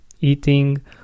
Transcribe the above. eating